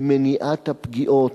במניעת הפגיעות.